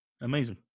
amazing